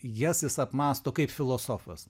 jas jis apmąsto kaip filosofas